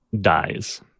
dies